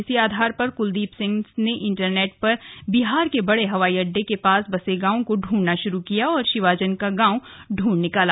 इसी आधार पर कुलदीप सिंह ने इंटरनेट पर बिहार के बड़े हवाई अड्डे के पास बसे गांवों को दूंढना शुरू किया और शीवाजन का गांव दृंढ निकाला